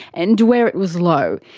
and where it was low.